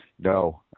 No